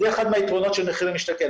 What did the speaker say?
זה אחד מהיתרונות של מחיר למשתכן.